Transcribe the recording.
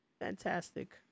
Fantastic